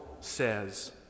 says